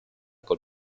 col